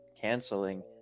canceling